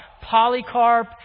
Polycarp